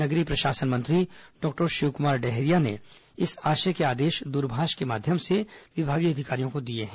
नगरीय प्रशासन मंत्री डॉक्टर शिवकुमार डहरिया ने इस आशय के आदेश द्रभाष के माध्यम से विभागीय अधिकारियों को दिए हैं